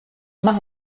más